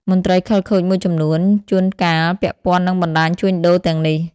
មន្ត្រីខិលខូចមួយចំនួនជួនកាលពាក់ព័ន្ធនឹងបណ្តាញជួញដូរទាំងនេះ។